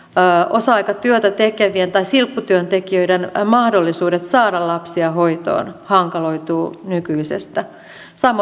osa aikatyötä tekevien tai silpputyöntekijöiden mahdollisuudet saada lapsia hoitoon hankaloituvat nykyisestä samoin